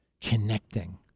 connecting